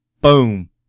boom